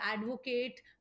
advocate